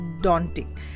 daunting